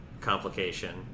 complication